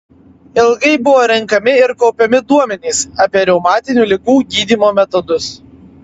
ilgai buvo renkami ir kaupiami duomenys apie reumatinių ligų gydymo metodus